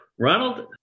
Ronald